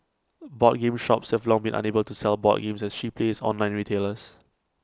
board game shops have long been unable to sell board games as cheap as online retailers